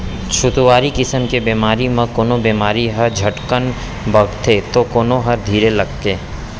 छुतही किसम के बेमारी म कोनो बेमारी ह झटकन बगरथे तौ कोनो ह धीर लगाके